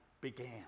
began